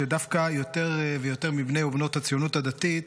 שדווקא יותר ויותר מבני ובנות הציונות הדתית